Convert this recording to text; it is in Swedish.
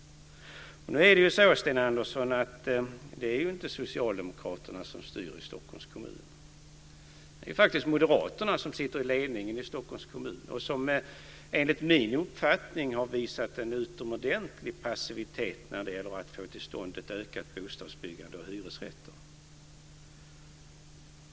Det är inte socialdemokraterna som styr i Stockholms kommun. Det är faktiskt moderaterna som sitter i ledningen i Stockholms kommun och som enligt min uppfattning har visat en utomordentlig passivitet när det gäller att få till stånd ett ökat bostadsbyggande av hyresrätter.